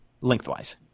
lengthwise